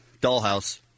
Dollhouse